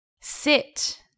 Sit